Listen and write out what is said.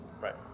Right